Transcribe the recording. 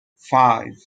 five